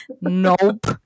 Nope